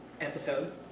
episode